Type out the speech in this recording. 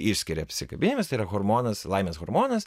išskiria apsikabinimas tai yra hormonas laimės hormonas